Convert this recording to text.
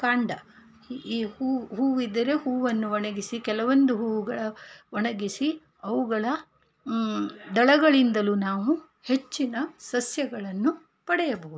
ಕಾಂಡ ಈ ಹೂ ಹೂವಿದ್ದರೆ ಹೂವನ್ನು ಒಣಗಿಸಿ ಕೆಲವೊಂದು ಹೂವು ಒಣಗಿಸಿ ಅವುಗಳ ದಳಗಳಿಂದಲೂ ನಾವು ಹೆಚ್ಚಿನ ಸಸ್ಯಗಳನ್ನು ಪಡೆಯಬಹುದು